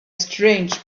strange